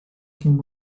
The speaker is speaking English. came